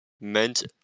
meant